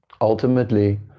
ultimately